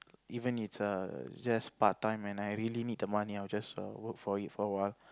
even it's err just part time and I really need the money I'll just err work for it awhile